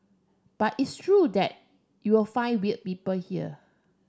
but it's true that you'll find weir people here